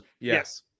Yes